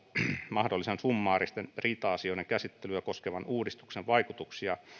mahdollisen summaaristen riita asioiden käsittelyä koskevan uudistuksen vaikutuksia